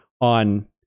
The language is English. on